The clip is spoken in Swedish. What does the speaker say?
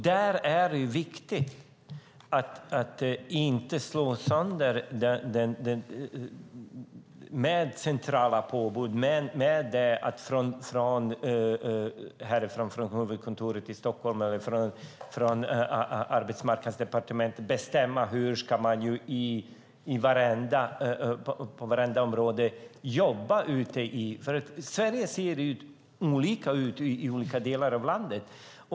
Där är det viktigt att inte med centrala påbud från huvudkontoret i Stockholm eller från Arbetsmarknadsdepartementet bestämma hur man ska jobba i vartenda område ute i Sverige. Sverige ser ju olika ut i olika delar av landet.